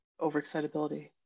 overexcitability